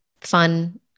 fun